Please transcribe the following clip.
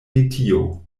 metio